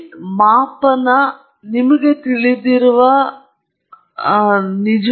ಥರ್ಮೋಡೈನಾಮಿಕ್ವಾಗಿ ಕಾಣಿಸಿಕೊಂಡಿರಬಹುದು